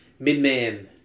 Midman